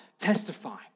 testifying